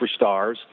superstars